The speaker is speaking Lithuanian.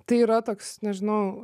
tai yra toks nežinau